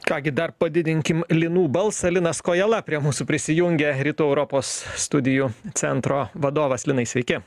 ką gi dar padidinkim linų balsą linas kojala prie mūsų prisijungė rytų europos studijų centro vadovas linai sveiki